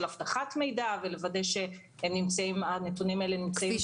של אבטחת מידע ולוודא שהנתונים האלה נמצאים במאגר מידע שמור.